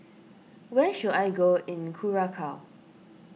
where should I go in Curacao